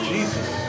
Jesus